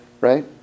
right